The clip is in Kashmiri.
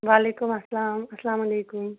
وَعلیکُم اَلسَلام اَلسَلامُ علیکُم